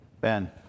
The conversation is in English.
Ben